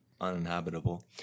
uninhabitable